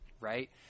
right